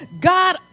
God